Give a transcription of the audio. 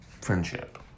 friendship